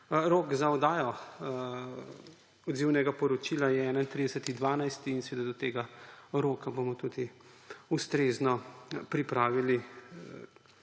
Rok za oddajo odzivnega poročila je 31. 12. in do tega roka bomo tudi ustrezno pripravili